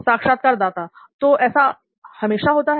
साक्षात्कारदाता तो ऐसा हमेशा होता है